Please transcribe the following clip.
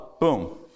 Boom